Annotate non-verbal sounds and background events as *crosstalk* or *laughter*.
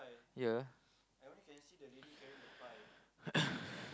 ya *coughs*